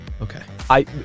Okay